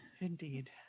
Indeed